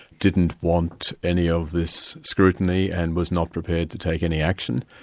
didn't want any of this scrutiny and was not prepared to take any action.